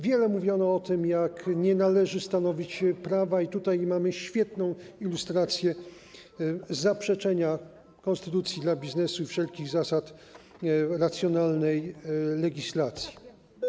Wiele mówiono o tym, jak nie należy stanowić prawa, i tutaj mamy świetną ilustrację zaprzeczenia konstytucji dla biznesu i wszelkich zasad racjonalnej legislacji.